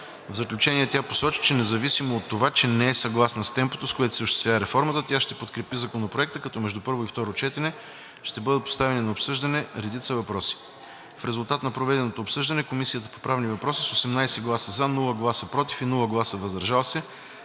В заключение тя посочи, че независимо от това, че не е съгласна с темпото, с което се осъществява реформата, тя ще подкрепи Законопроекта, като между първо и второ четене ще бъдат поставени на обсъждане и редица въпроси. В резултат на проведеното обсъждане Комисията по правни въпроси с 18 гласа „за“, без „против“ и „въздържал се“